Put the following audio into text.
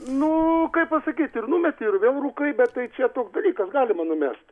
nu kaip pasakyt ir numeti ir vėl rūkai bet tai čia toks dalykas galima numest